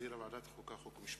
שהחזירה ועדת החוקה, חוק ומשפט.